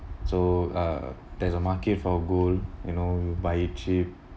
so uh there's a market for gold you know buy it cheap